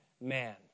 man